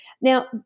Now